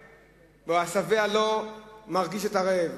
שהשבע לא מרגיש את הרעב.